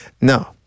No